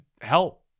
help